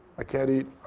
i can't eat.